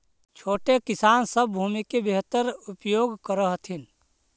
छोटे किसान सब भूमि के बेहतर उपयोग कर हथिन